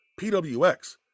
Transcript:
PWX